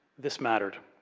this mattered.